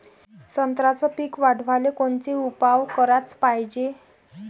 संत्र्याचं पीक वाढवाले कोनचे उपाव कराच पायजे?